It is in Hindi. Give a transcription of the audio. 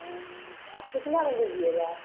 तो आप कितना में लीजिएगा